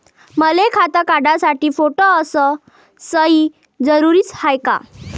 मले खातं काढासाठी फोटो अस सयी जरुरीची हाय का?